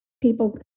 People